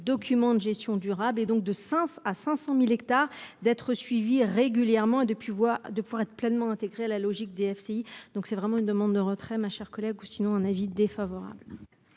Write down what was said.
documents de gestion durable et donc de 500 à 500.000 hectares d'être suivis régulièrement et depuis de pouvoir être pleinement intégré à la logique DFCI. Donc c'est vraiment une demande de retrait ma chère collègue ou sinon un avis défavorable.